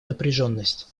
напряженность